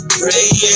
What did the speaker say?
praying